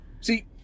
See